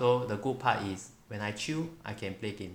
so the good part is when I chill I can play games